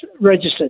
registered